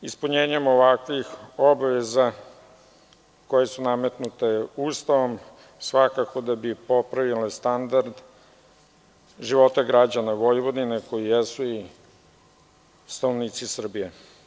Ispunjenjem ovakvih obaveza koje su nametnute Ustavom svakako da bi popravili standard života građana Vojvodine, koji jesu i stanovnici Srbije.